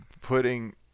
putting